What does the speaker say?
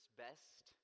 best